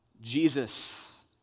Jesus